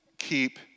Keep